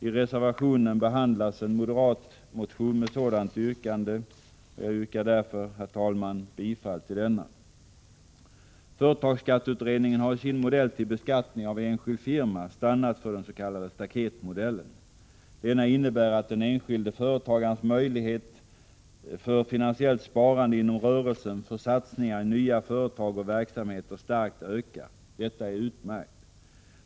I reservationen behandlas en moderatmotion med sådant yrkande. Jag yrkar därför, herr talman, bifall till denna. Företagsskatteutredningen har i sin modell till beskattning av enskild firma stannat för den s.k. staketmodellen. Denna innebär att den enskilde företagarens möjlighet till finansiellt sparande inom rörelsen, för satsningar i nya företag och verksamheter starkt ökar. Detta är utmärkt.